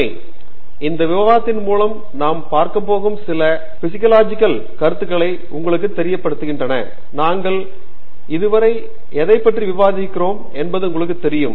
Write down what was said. பேராசிரியர் பிரதாப் ஹரிதாஸ் இந்த விவாதத்தின் மூலம் நாம் பார்க்கப்போகும் சில பிலோசோபிக்கல் கருத்துக்கள் உங்களுக்குத் தெரிந்திருக்கின்றன நாங்கள் இதுவரை எதைப் பற்றி விவாதித்திருக்கிறோம் என்பது உங்களுக்குத் தெரியும்